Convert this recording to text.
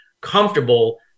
comfortable